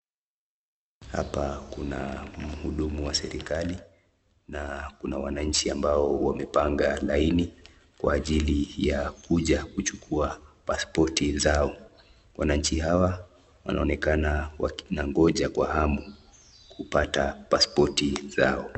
Hapa kuna mhudumu wa serekali na kuna wananchi ambao wamepanga laini kwa ajili ya kuja kuchukua paspoti zao. Wananchi hawa wanaonekana wanangoja kwa hamu kupata paspoti zao.